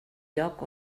lloc